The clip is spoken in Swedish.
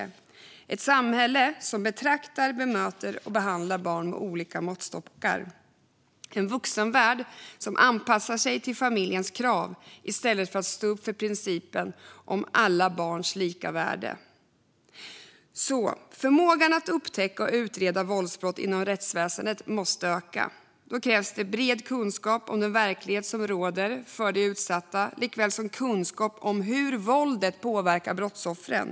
Det är ett samhälle som betraktar, bemöter och behandlar barn med olika måttstockar, en vuxenvärld som anpassar sig till familjens krav i stället för att stå upp för principen om alla barns lika värde. Förmågan inom rättsväsendet att upptäcka och utreda våldsbrott måste öka. Det krävs bred kunskap om den verklighet som råder för de utsatta liksom om hur våldet påverkar brottsoffren.